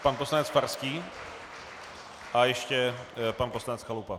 Pan poslanec Farský a ještě pan poslanec Chalupa.